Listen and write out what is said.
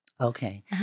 Okay